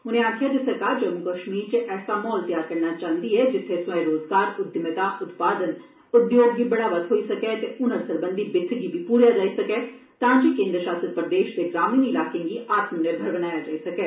उनें गलाया जे सरकार जम्मू कश्मीर च ऐसा माहौल तैआर करना चांहृदी ऐ जित्थें स्वयं रोजगार उद्यमिता उत्पादन उद्योग गी बढ़ावा थ्होई सकै ते हुनर सरबंधी वित्थ गी बी पूरेआ जाई सकै तां जे केन्द्र शासित प्रदेश दे ग्रामीण इलाकें गी आत्मनिर्भर बनाया जाई सकै